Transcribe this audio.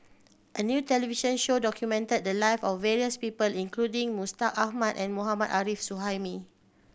a new television show documented the life of various people including Mustaq Ahmad and Mohammad Arif Suhaimi